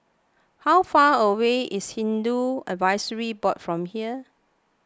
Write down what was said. how far away is Hindu Advisory Board from here